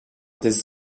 des